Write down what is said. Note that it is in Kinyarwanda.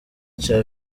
cya